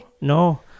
no